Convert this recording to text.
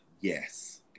yes